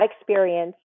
experience